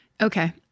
okay